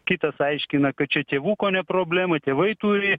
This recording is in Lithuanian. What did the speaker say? kitas aiškina kad čia tėvų kone problema tėvai turi